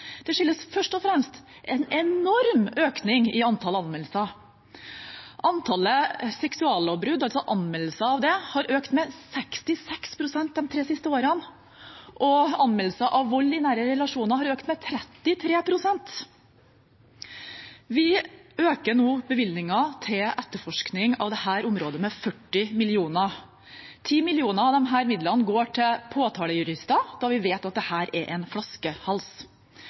Det skyldes først og fremst en enorm økning i antall anmeldelser. Antallet anmeldelser av seksuallovbrudd har økt med 66 pst. de tre siste årene, og anmeldelser av vold i nære relasjoner har økt med 33 pst. Vi øker nå bevilgningen til etterforskning av dette området med 40 mill. kr. 10 mill. kr av disse midlene går til påtalejurister, da vi vet at dette er en flaskehals.